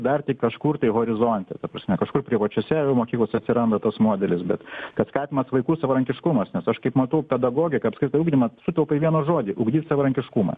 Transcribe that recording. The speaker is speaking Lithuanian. dar tik kažkur tai horizonte ta prasme kažkur privačiose mokyklose atsiranda tas modelis bet kad skatinamas vaikų savarankiškumas nes aš kaip matau pedagogika apskritai ugdymas sutelpa į vieną žodį ugdyt savarankiškumą